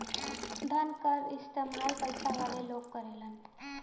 धनकर क इस्तेमाल पइसा वाले लोग करेलन